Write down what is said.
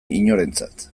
inorentzat